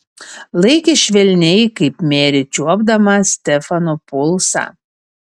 laikė švelniai kaip merė čiuopdama stefano pulsą